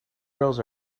girls